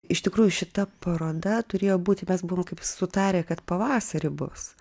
iš tikrųjų šita paroda turėjo būti mes buvom kaip sutarę kad pavasarį bus